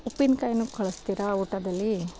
ಉಪ್ಪಿನಕಾಯನ್ನೂ ಕಳಿಸ್ತೀರಾ ಊಟದಲ್ಲಿ